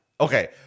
okay